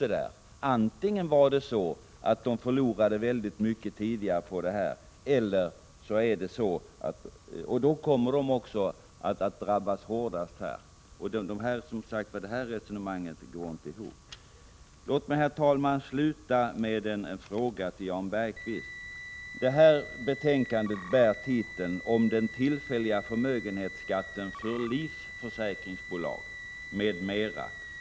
Men det stämmer inte. De som förlorade mycket pengar tidigare kommer nu att drabbas ännu hårdare. Jan Bergqvists resonemang går alltså inte ihop. Låt mig, herr talman, sluta med en fråga till Jan Bergqvist. Detta betänkande bär titeln ”Den tillfälliga förmögenhetsskatten för livförsäkringsbolag, m.m.”.